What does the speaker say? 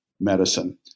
medicine